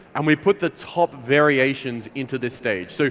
and we put the top variations into this stage. so